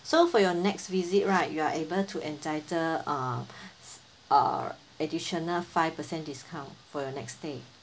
so for your next visit right you are able to entitled uh uh additional five percent discount for your next stay